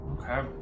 okay